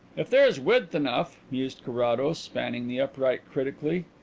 if there is width enough, mused carrados, spanning the upright critically.